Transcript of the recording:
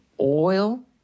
oil